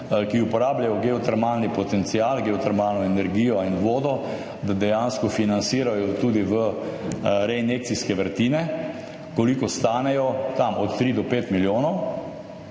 ki uporabljajo geotermalni potencial, geotermalno energijo in vodo, dejansko financirajo tudi v reinjekcijske vrtine. Koliko stanejo? Tam od 3 do 5 milijonov.